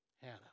Hannah